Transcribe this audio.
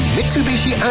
Mitsubishi